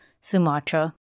Sumatra